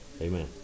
Amen